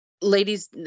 Ladies